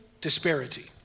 disparity